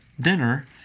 dinner